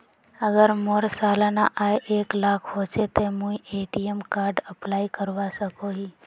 अगर मोर सालाना आय एक लाख होचे ते मुई ए.टी.एम कार्ड अप्लाई करवा सकोहो ही?